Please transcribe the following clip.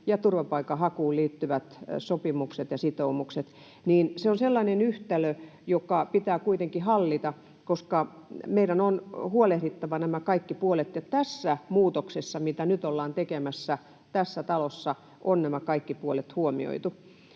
ja turvapaikanhakuun liittyvät sopimukset ja sitoumukset, niin se on sellainen yhtälö, joka pitää kuitenkin hallita, koska meidän on huolehdittava nämä kaikki puolet. Ja tässä muutoksessa, mitä nyt ollaan tekemässä tässä talossa, on nämä kaikki puolet huomioitu.